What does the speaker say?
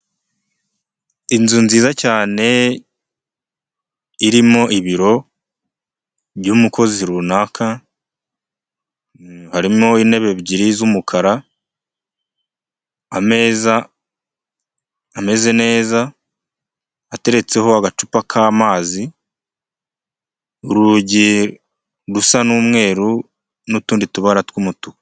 Inzu nziza cyane irimo ibiro by'umukozi runaka, harimo intebe ebyiri z'umukara, ameza ameze neza, ateretseho agacupa k'amazi, urugi rusa n'umweru n'utundi tubara tw'umutuku.